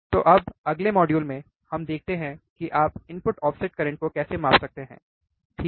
तो अब अगले मॉड्यूल में हम देखते हैं कि आप इनपुट ऑफ़सेट करंट को कैसे माप सकते हैं ठीक है